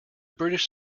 british